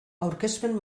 aurkezpen